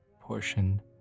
portion